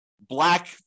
black